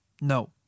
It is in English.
no